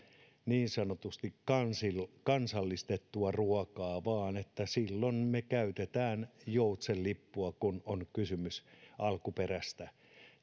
niin sanotusti kansallistettua ruokaa vaan me käytämme joutsenlippua silloin kun on kysymys alkuperästä